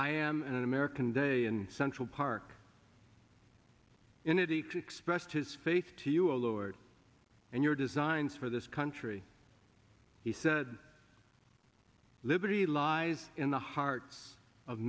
i am an american day in central park unity expressed his faith to you a lord and your designs for this country he said liberty lies in the hearts of